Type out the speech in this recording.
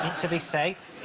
to be safe.